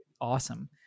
awesome